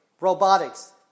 robotics